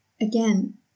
again